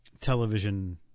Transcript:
television